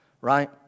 right